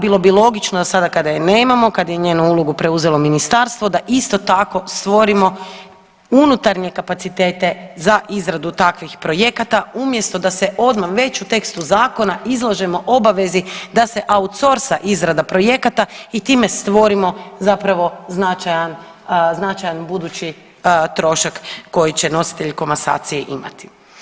Bilo bi logično da sada kada je nemamo kada je njenu ulogu preuzelo ministarstvo da isto tako stvorimo unutarnje kapacitete za izradu takvih projekata umjesto da se odmah već u tekstu zakona izlažemo obavezi da se outsource-a izrada projekata i time stvorimo zapravo značajan, značajan budući trošak koji će nositelji komasacije imati.